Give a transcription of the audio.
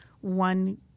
one